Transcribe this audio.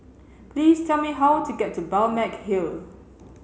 please tell me how to get to Balmeg Hill